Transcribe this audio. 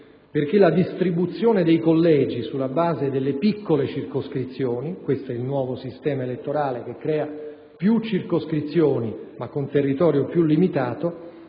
che la distribuzione dei collegi sulla base delle piccole circoscrizioni - il nuovo sistema elettorale crea più circoscrizioni, ma con territorio più limitato